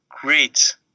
great